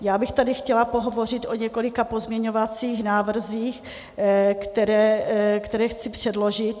Já bych tady chtěla pohovořit o několika pozměňovacích návrzích, které chci předložit.